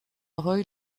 roy